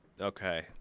Okay